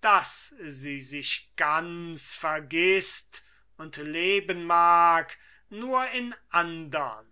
daß sie sich ganz vergißt und leben mag nur in andern